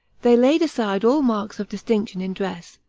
they laid aside all marks of distinction in dress,